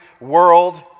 world